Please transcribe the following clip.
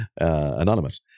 anonymous